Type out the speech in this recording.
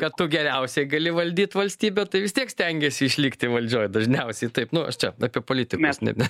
kad tu geriausiai gali valdyt valstybę tai vis tiek stengiesi išlikti valdžioj dažniausiai taip nu aš čia apie politikus ne ne